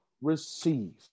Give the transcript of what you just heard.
receive